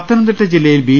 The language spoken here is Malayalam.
പത്തനംതിട്ട ജില്ലയിൽ ബി